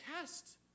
test